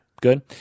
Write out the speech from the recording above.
good